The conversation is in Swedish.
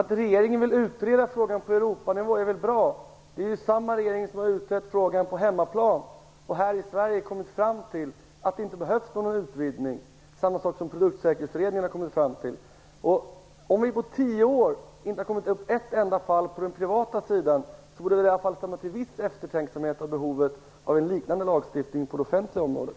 Fru talman! Att regeringen vill utreda frågan på Europanivå är väl bra. Det är ju samma regering som har utrett frågan på hemmaplan, och den har här i Sverige kommit fram till att det inte behövs någon utvidgning, vilket också Produktsäkerhetsutredningen har kommit fram till. Om det på tio år inte har kommit upp ett enda fall på den privata sidan, borde det leda åtminstone till en viss eftertänksamhet vad gäller behovet av en liknande lagstiftning på det offentliga området.